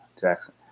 Jackson